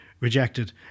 rejected